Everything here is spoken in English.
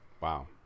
Wow